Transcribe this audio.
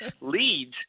Leads